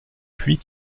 puis